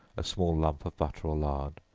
a small lump of butter or lard,